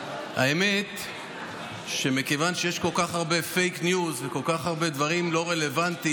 האמת שמכיוון שיש כל כך הרבה פייק ניוז וכל כך הרבה דברים לא רלוונטיים,